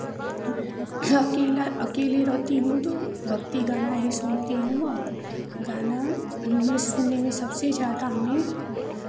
अकेला अकेली रहती हूँ तो भक्ति गाना ही सुनती हूँ गाना हमें सुनने में सबसे ज़्यादा हमें